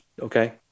Okay